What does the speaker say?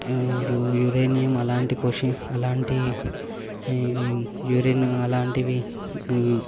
uranium అలాంటి పోషణ్ అలాంటి యూరిన్ అలాంటివి